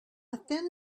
thin